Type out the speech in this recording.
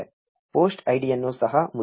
post ಐಡಿಯನ್ನು ಸಹ ಮುದ್ರಿಸೋಣ